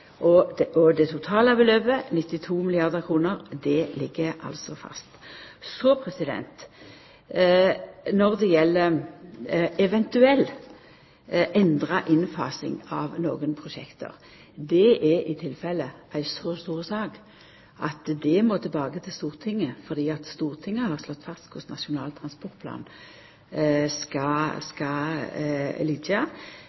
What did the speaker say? og det totale beløpet – 92 milliardar kr – ligg fast. Når det gjeld ei eventuell endra innfasing av nokre prosjekt, er det i tilfellet ei så stor sak at det må tilbake til Stortinget, for Stortinget har slått fast korleis Nasjonal transportplan skal